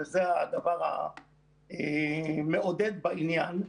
וזה הדבר המעודד בעניין,